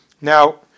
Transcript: Now